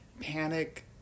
panic